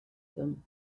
them